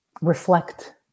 reflect